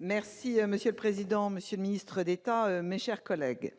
Monsieur le président, monsieur le ministre d'État, mes chers collègues,